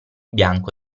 bianco